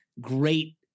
great